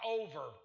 over